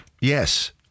Yes